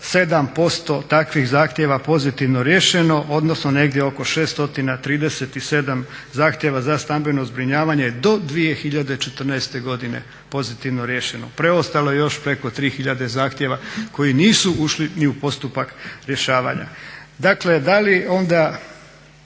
7% takvih zahtjeva pozitivno riješeno odnosno negdje oko 637 zahtjeva za stambeno zbrinjavanje do 2014.godine pozitivno riješeno. Preostalo je još preko 3.000 zahtjeva koji nisu ušli ni u postupak rješavanja. Dakle, da li onda